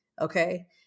Okay